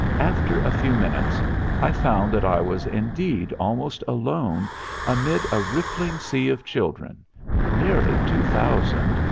after a few minutes i found that i was indeed almost alone amid a rippling sea of children nearly two thousand,